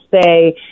say